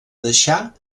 deixar